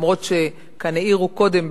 אף-על-פי שכאן העירו קודם,